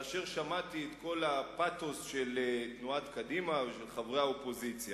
כאשר שמעתי את כל הפתוס של תנועת קדימה ושל חברי האופוזיציה,